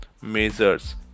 measures